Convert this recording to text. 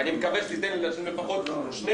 ואני מקווה שתיתן לי להשלים לפחות שני